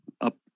up